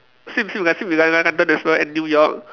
same same and New York